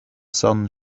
sun